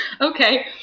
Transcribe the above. Okay